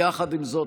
יחד עם זאת,